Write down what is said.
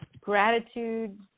gratitude